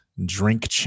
drink